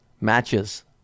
Matches